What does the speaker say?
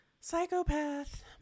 Psychopath